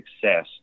success